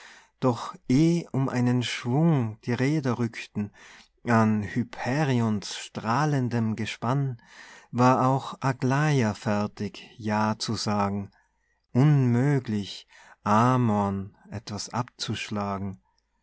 doch eh um einen schwung die räder rückten an hyperions strahlendem gespann war auch aglaja fertig ja zu sagen unmöglich amor'n etwas abzuschlagen